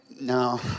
no